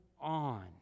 on